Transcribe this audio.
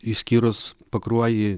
išskyrus pakruojį